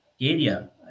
area